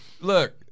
look